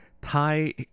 Thai